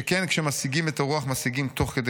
שכן כשמשיגים את הרוח משיגים תוך כדי